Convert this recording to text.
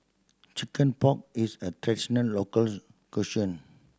chicken pock is a traditional local cuisine